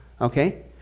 okay